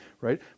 right